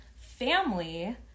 family